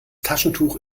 taschentuch